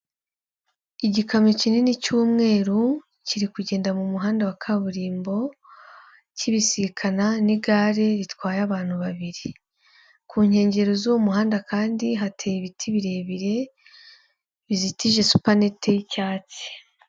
Igikamyo kinini cy'umweru kiri kugenda mu muhanda wa kaburimbo kibisikana n'igare ritwaye abantu babiri, ku nkengero z'uwo muhanda kandi hateye ibiti birebire bizitije supanete y'icyatsi.